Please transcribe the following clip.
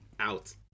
out